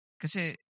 Kasi